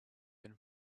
been